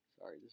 sorry